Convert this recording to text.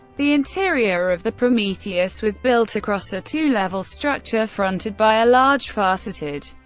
the interior of the prometheus was built across a two-level structure, fronted by a large, faceted,